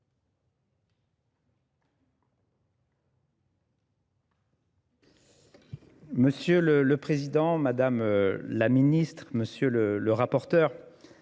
Monsieur le Président, Madame la Ministre, Monsieur le Rapporteur,